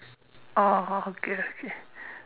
oh oh okay okay